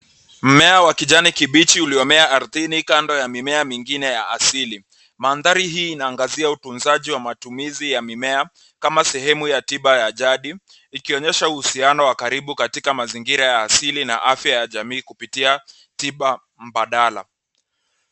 Mmea wa kijani kibichiuliomea ardhini kando ya mimea mingine ya asili. Mandhari hii inaangazia utunzaji wa matumizi ya mimea kama sehemu ya tiba ya jadi, ikionyesha uhusiano wa karibu katika mazingira ya asili na afya ya jamii kupitia tiba mbadala.